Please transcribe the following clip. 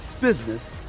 business